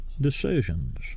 decisions